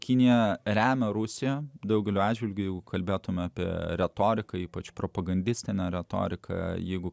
kinija remia rusiją daugeliu atžvilgiu jeigu kalbėtumėme apie retoriką ypač propagandistė retorika jeigu